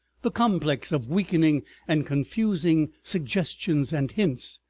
the complex of weakening and confusing suggestions and hints,